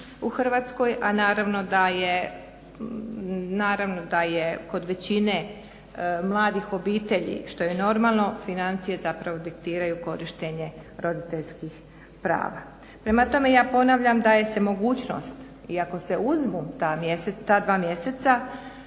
u Hrvatskoj a naravno da je kod većine mladih obitelji što je normalno financije zapravo diktiraju korištenje roditeljskih prava. Prema tome, ja ponavljam daje se mogućnost iako se uzmu ta dva mjeseca,